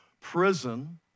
prison